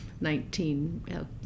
nineteen